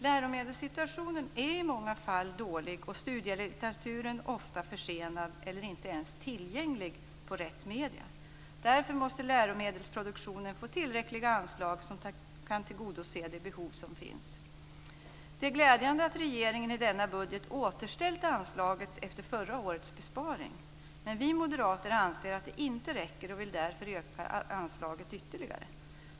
Läromedelssituationen är i många fall dålig och studielitteraturen ofta försenad eller inte ens tillgänglig på rätt medium. Därför måste läromedelsproduktionen få tillräckliga anslag som kan tillgodose de behov som finns. Det är glädjande att regeringen i denna budget återställt anslaget efter förra årets besparing. Vi moderater anser dock att det inte räcker och vill därför öka anslaget ytterligare.